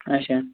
اَچھا